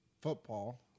football